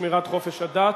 שמירת חופש הדת),